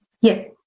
Yes